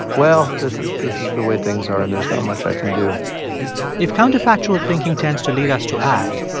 well, this is this is the way things are and there's not much i can do if counterfactual thinking tends to lead us to act,